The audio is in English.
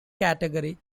category